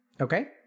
Okay